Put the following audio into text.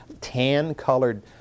tan-colored